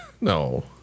No